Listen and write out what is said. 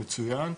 מצוין,